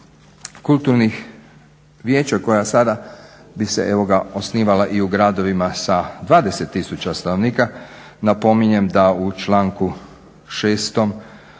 kulturnih vijeća koja sada bi se osnivala i u gradovima sa 20 tisuća stanovnika, napominjem da u članku 6.stavak